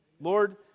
Lord